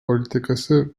politikası